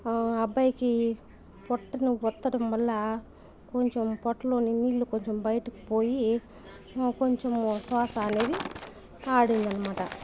అబ్బాయికి పొట్టను ఒత్తడం వల్ల కొంచం పొట్టలోని నీళ్ళు కొంచం బయటికి పోయి కొంచము శ్వాస అనేది ఆడిందనమాట